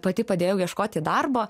pati padėjau ieškoti darbo